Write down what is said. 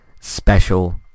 special